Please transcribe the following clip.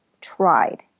tried